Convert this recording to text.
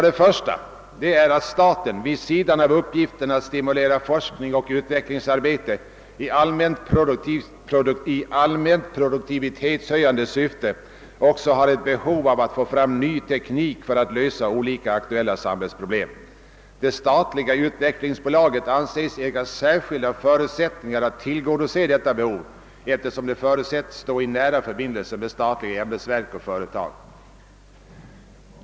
Det första är att staten, vid sidan av uppgiften att stimulera forskning och utvecklingsarbete i allmänt produktivitetshöjande syfte, också har ett behov av att få fram ny teknik för att lösa olika aktuella samhällsproblem. Det statliga utvecklingsbolaget anses äga särskilda förutsättningar att tillgodose detta behov eftersom det förutsätts stå i nära förbindelse med statliga ämbetsverk och företag.